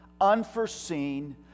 unforeseen